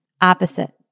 opposite